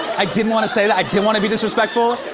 i didn't wanna say that. i didn't wanna be disrespectful.